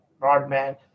broadband